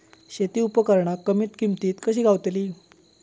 शेती उपकरणा कमी किमतीत कशी गावतली?